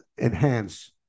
enhance